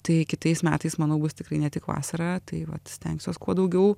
tai kitais metais manau bus tikrai ne tik vasarą tai vat stengsiuos kuo daugiau